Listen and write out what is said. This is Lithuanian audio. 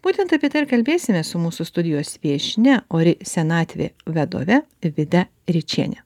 būtent apie tai ir kalbėsimės su mūsų studijos viešnia ori senatvė vadove vida ričiene